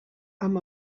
amb